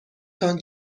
تان